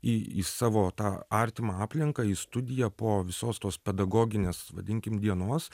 į į savo tą artimą aplinką į studiją po visos tos pedagoginės vadinkim dienos